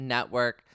Network